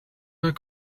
not